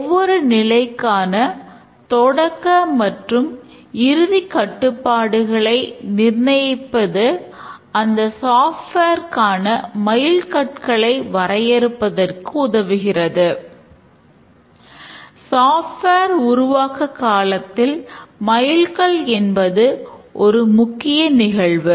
ஒவ்வொரு நிலைக்கான தொடக்க மற்றும் இறுதி கட்டுப்பாடுகளை நிர்ணயிப்பது அந்த சாஃப்ட்வேர் உருவாக்க காலத்தில் மயில்கல் என்பது ஒரு முக்கிய நிகழ்வு